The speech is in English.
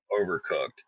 overcooked